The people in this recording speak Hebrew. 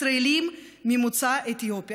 ישראלים ממוצא אתיופי.